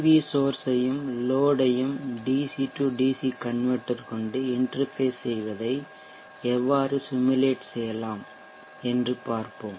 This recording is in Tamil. வி சோர்ஷ் ஐயும் லோட் ஐயும் dc dc கன்வெர்ட்டர் கொண்டு இன்டெர்ஃபேஷ் செய்வதை எவ்வாறு சிமுலேட் செய்யலாம் உருவகப்படுத்தலாம் என்று பார்ப்போம்